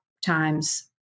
times